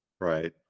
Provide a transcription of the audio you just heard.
Right